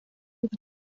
with